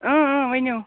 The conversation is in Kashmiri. اۭں اۭں ؤنِو